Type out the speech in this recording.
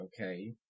okay